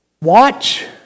watch